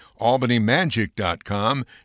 albanymagic.com